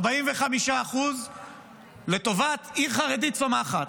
45% לטובת עיר חרדית צומחת.